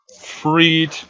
freed